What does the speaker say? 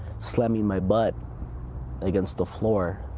slamming my butt against the floor